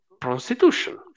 prostitution